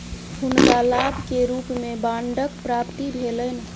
हुनका लाभ के रूप में बांडक प्राप्ति भेलैन